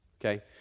okay